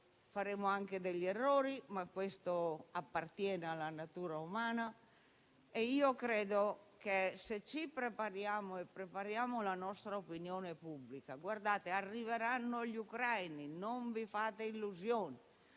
Faremo anche degli errori, ma questo appartiene alla natura umana e io credo che dobbiamo prepararci e preparare la nostra opinione pubblica: arriveranno gli ucraini, non vi fate illusioni;